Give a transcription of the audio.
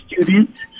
students